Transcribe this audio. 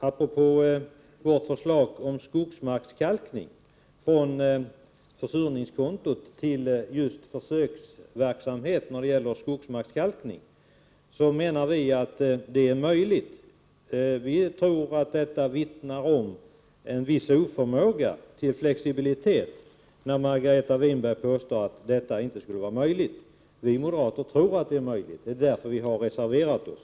Apropå vårt förslag om skogsmarkskalkning och detta med att flytta pengar från försurningskontot till just försöksverksamheten beträffande skogsmarkskalkning menar vi att detta är möjligt. Margareta Winberg påstår här att det inte skulle vara möjligt. Men det tror vi moderater vittnar om en viss oförmåga när det gäller flexibilitet. Vi moderater tror nämligen att nämnda åtgärd är möjlig och därför har vi reserverat oss.